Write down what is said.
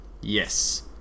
Yes